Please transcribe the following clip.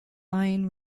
ain